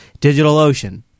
DigitalOcean